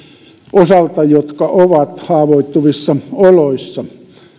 osalta jotka ovat haavoittuvissa oloissa